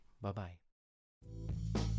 Bye-bye